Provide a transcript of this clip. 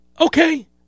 okay